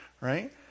right